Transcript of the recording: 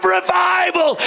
revival